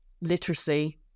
literacy